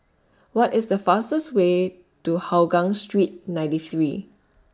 What IS The fastest Way to Hougang Street ninety three